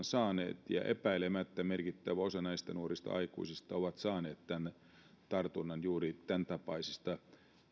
saaneet ja epäilemättä merkittävä osa näistä nuorista aikuisista on saanut tämän tartunnan juuri tämäntapaisista